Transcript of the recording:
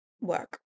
work